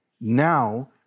now